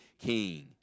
king